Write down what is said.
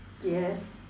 yes